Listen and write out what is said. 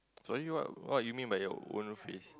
sorry what what do you mean by your own face